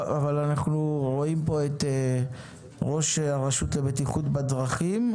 אנחנו רואים פה את ראש הרשות לבטיחות בדרכים,